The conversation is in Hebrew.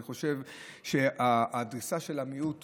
אני חושב שהדריסה של המיעוט